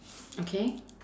okay